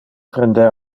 prender